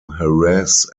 harass